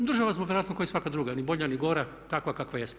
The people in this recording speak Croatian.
Država smo vjerojatno kao i svaka druga, ni bolja, ni gora, takva kakva jesmo.